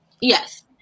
Yes